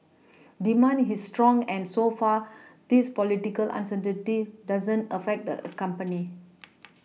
demand his strong and so far this political uncertainty doesn't affect the a company